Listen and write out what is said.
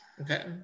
okay